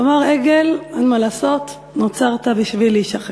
כלומר, עגל, אין מה לעשות, נוצרת בשביל להישחט.